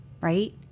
right